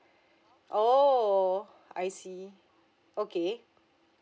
!oho! I see okay